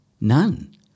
none